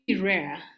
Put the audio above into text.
rare